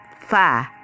Five